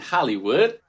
Hollywood